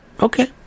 Okay